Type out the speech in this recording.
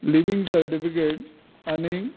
living certificate आनीक